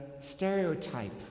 stereotype